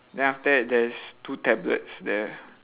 then after that there's two tablets there